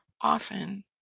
often